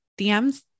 DMS